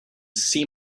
see